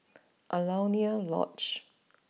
Alaunia Lodge